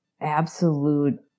absolute